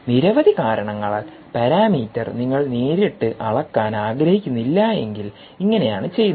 നിരവധി കാരണങ്ങളാൽ പാരാമീറ്റർ നിങ്ങൾ നേരിട്ട് അളക്കാൻ ആഗ്രഹിക്കുന്നില്ലെങ്കിൽ ഇങ്ങനെയാണ് ചെയ്യുന്നത്